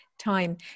time